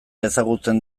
ezagutzen